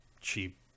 cheap